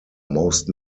most